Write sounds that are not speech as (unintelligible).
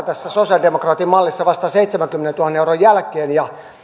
(unintelligible) tässä sosialidemokraattien mallissa vasta seitsemänkymmenentuhannen euron jälkeen ja